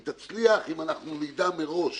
היא תצליח אם אנחנו נדע מראש